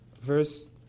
verse